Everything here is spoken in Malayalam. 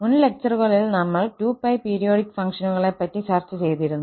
മുൻ ലെക്ചറുകളിൽ ഞങൾ 2π പീരിയോടിക് ഫംഗ്ഷനുകളെ പറ്റി ചർച്ച ചെയ്തിരുന്നു